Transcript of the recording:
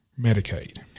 Medicaid